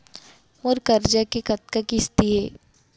मोर करजा के कतका किस्ती हे?